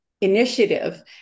initiative